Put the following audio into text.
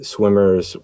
Swimmers